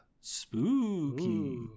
Spooky